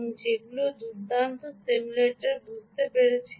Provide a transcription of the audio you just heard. যেগুলি আপনি এই দুর্দান্ত সিমুলেটারে বুঝতে পেরেছিলেন